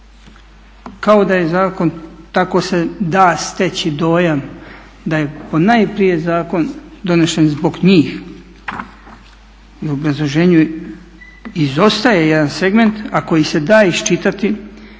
Kao da je zakon, tako se da steći dojam, da je ponajprije zakon donesen zbog njih. U obrazloženju izostaje jedan segment, a koji se da iščitati